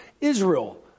Israel